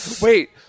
Wait